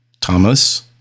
Thomas